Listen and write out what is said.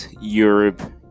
Europe